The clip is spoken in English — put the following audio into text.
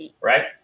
right